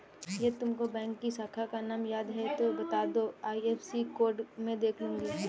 यदि तुमको बैंक की शाखा का नाम याद है तो वो बता दो, आई.एफ.एस.सी कोड में देख लूंगी